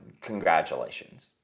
congratulations